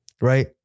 Right